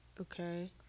Okay